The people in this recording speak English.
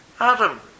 Adam